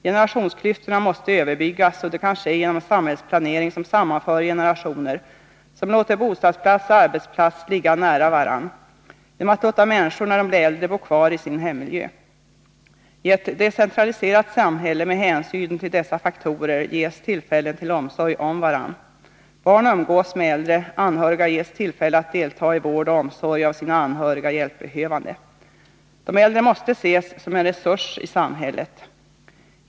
Generationsklyftorna måste överbryggas, och det kan ske genom samhällsplanering som sammanför generationer, som låter bostadsplats och arbetsplats ligga nära varandra, genom att låta människor när de blir äldre bo kvar i sin hemmiljö. I ett decentraliserat samhälle med hänsyn till dessa faktorer ges tillfällen till omsorg om varandra. Barn umgås med äldre, anhöriga ges tillfälle att delta i vård och omsorg om sina anhöriga hjälpbehövande. De äldre måste ses som en resurs i samhället.